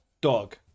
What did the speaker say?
Dog